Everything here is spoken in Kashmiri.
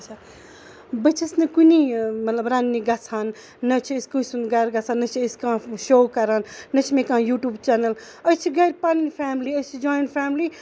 بہٕ چھَس نہٕ کُنہِ رَنٕنہِ گژھان نہ چھُ أسۍ کٲنسہِ ہُند گرٕ گژھان نہ چھِ أسۍ کانہہ شو کران نہ چھُ مےٚ کانہہ یوٗٹوٗب چینل أسۍ چھِ گرِ پَنٕنۍ فیملی أسۍ چھِ جویِنٹ فیملی